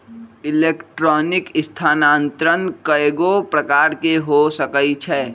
electronic स्थानान्तरण कएगो प्रकार के हो सकइ छै